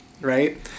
right